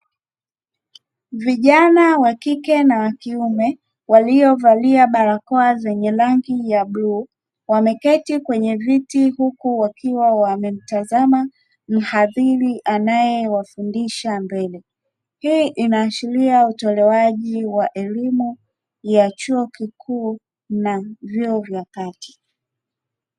Vijana wa kike na wa kiume waliovalia barakoa zenye rangi ya bluu wameketi kwenye viti huku wakiwa wamemtazama mhadhiri anayewafundisha mbele. Hii inaashiria utolewaji wa elimu ya chuo kikuu na vyuo vya kati.